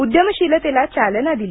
उद्यमशीलतेला चालना दिली